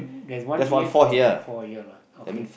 there's one B N for for ya lah okay